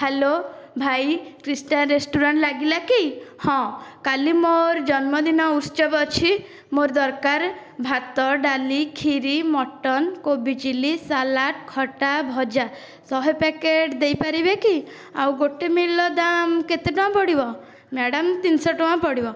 hello ଭାଇ Krishta restaurant ଲାଗିଲା କି ହିଁ କାଲି ମୋର ଜନ୍ମଦିନ ଉତ୍ସବ ଅଛି ମୋର ଦରକାର ଭାତ ଡାଲି ଖିରୀ ମଟନ କୋବି ଚିଲି ସାଲାଡ଼ ଖଟା ଭଜା ଶହେ ପ୍ୟାକେଟ୍ ଦେଇପାରିବେ କି ଆଉ ଗୋଟିଏ ମିଲ୍ ର ଦାମ କେତେ ଟଙ୍କା ପଡ଼ିବ ମ୍ୟାଡ଼ାମ ତିନିଶହ ଟଙ୍କା ପଡ଼ିବ